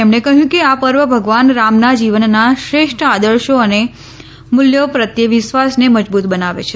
તેમણે કહ્યું કે આ પર્વ ભગવાન રામના જીવનના શ્રેષ્ઠ આદર્શો અને મૂલ્યો પ્રત્યે વિશ્વાસને મજબૂત બનાવે છે